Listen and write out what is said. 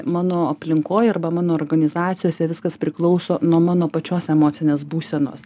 mano aplinkoj arba mano organizacijose viskas priklauso nuo mano pačios emocinės būsenos